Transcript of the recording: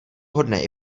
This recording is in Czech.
vhodné